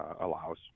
allows